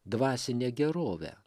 dvasine gerove